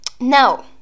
now